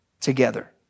together